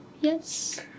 yes